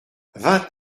vingt